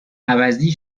عوضی